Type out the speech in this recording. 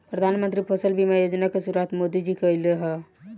प्रधानमंत्री फसल बीमा योजना के शुरुआत मोदी जी के कईल ह